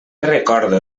recordo